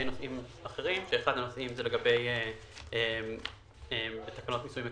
נושאים אחרים כאשר אחד הנושאים הוא לגבי תקנות מיסוי מקרקעין,